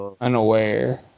unaware